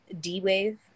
D-Wave